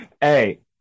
Hey